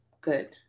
good